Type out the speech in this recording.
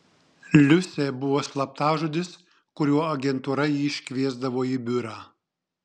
liusė buvo slaptažodis kuriuo agentūra jį iškviesdavo į biurą